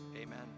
amen